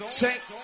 take